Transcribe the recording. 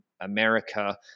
America